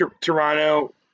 Toronto